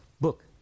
book